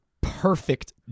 perfect